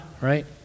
right